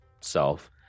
self